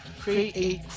create